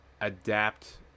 adapt